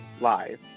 live